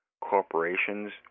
corporations